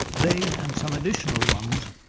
they, and some additional ones,